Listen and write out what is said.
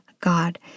God